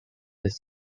his